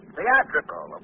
Theatrical